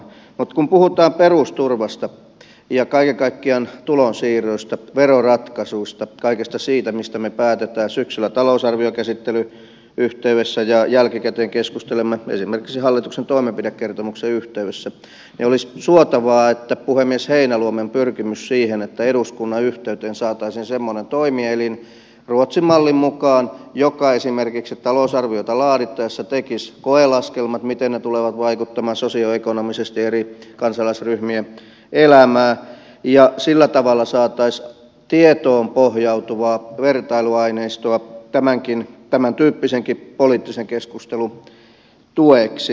mutta kun puhutaan perusturvasta ja kaiken kaikkiaan tulonsiirroista veroratkaisuista kaikesta siitä mistä me päätämme syksyllä talousarviokäsittelyn yhteydessä ja jälkikäteen keskustelemme esimerkiksi hallituksen toimenpidekertomuksen yhteydessä niin olisi suotavaa että toteutuisi puhemies heinäluoman pyrkimys siihen että eduskunnan yhteyteen saataisiin semmoinen toimielin ruotsin mallin mukaan joka esimerkiksi talousarviota laadittaessa tekisi koelaskelmat miten ne tulevat vaikuttamaan sosioekonomisesti eri kansalaisryhmien elämään ja sillä tavalla saataisiin tietoon pohjautuvaa vertailuaineistoa tämäntyyppisenkin poliittisen keskustelun tueksi